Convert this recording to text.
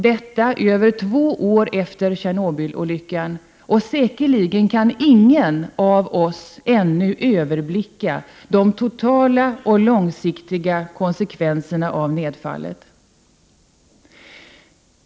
Detta gäller över två år efter Tjernobylolyckan, och säkerligen kan ingen av oss ännu överblicka de totala och långsiktiga konsekvenserna av nedfallet.